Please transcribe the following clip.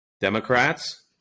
Democrats